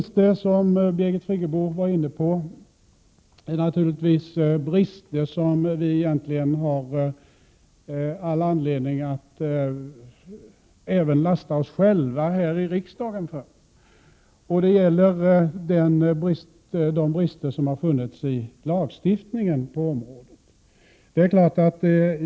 Som Birgit Friggebo var inne på finns det naturligtvis brister som vi egentligen har all anledning att även lasta oss själva här i riksdagen för. Det gäller de brister som funnits i lagstiftningen på området.